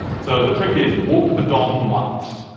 so the trick is walk the dom once.